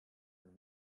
ein